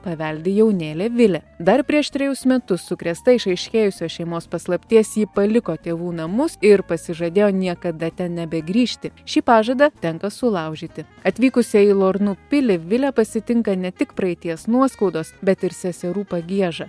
paveldi jaunėlė vilė dar prieš trejus metus sukrėsta išaiškėjusios šeimos paslapties ji paliko tėvų namus ir pasižadėjo niekada ten nebegrįžti šį pažadą tenka sulaužyti atvykusią į lornu pilį vilė pasitinka ne tik praeities nuoskaudos bet ir seserų pagieža